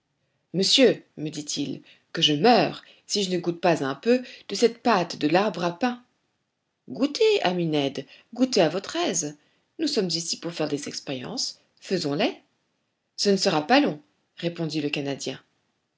monsieur me dit-il que je meure si je ne goûte pas un peu de cette pâte de l'arbre à pain goûtez ami ned goûtez à votre aise nous sommes ici pour faire des expériences faisons les ce ne sera pas long répondit le canadien